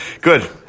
good